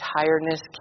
tiredness